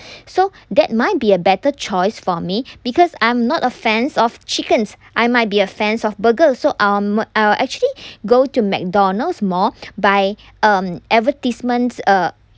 so that might be a better choice for me because I'm not a fans of chickens I might be a fans of burger so um I'll actually go to McDonald's more by um advertisements err